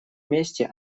месте